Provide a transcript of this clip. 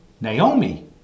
Naomi